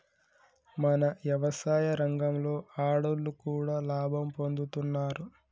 మన యవసాయ రంగంలో ఆడోళ్లు కూడా లాభం పొందుతున్నారు